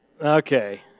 Okay